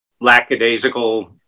lackadaisical